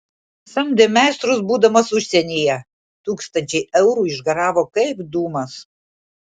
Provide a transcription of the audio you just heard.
samdė meistrus būdamas užsienyje tūkstančiai eurų išgaravo kaip dūmas